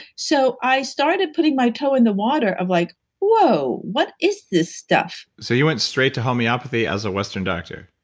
so i started putting my toe in the water of, like whoa, what is this stuff? so you went straight to homeopathy as a western doctor?